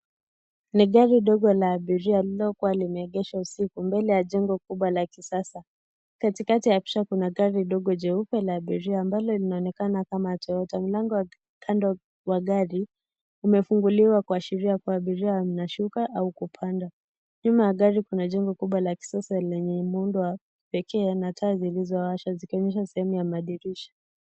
Ni gari dogo la abiria lililokuwa limeegeshwa usiku mbele ya jengo kubwa la kisasa, katikati ya picha kuna gari dogo jeupe la abiria ambalo linaonekana kama Toyota. Mlango wa kando wa gari umefunguliwa kuashiria kuwa abiria wanashuka au kupanda, nyuma ya gari kuna jengo kubwa la kisasa lenye muundo wa pekee na taa zilizowashwa zikionyesha sehemu ya madirisha.